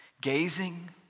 gazing